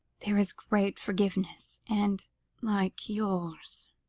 there is great forgiveness, and like yours,